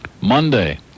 Monday